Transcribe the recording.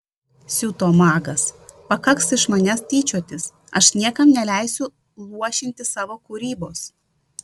siuto magas pakaks iš manęs tyčiotis aš niekam neleisiu luošinti savo kūrybos